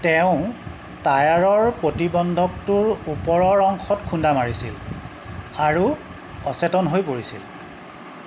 তেওঁ টায়াৰৰ প্ৰতিবন্ধকটোৰ ওপৰৰ অংশত খুন্দা মাৰিছিল আৰু অচেতন হৈ পৰিছিল